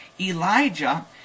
Elijah